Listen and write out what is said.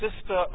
sister